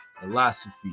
philosophy